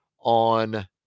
on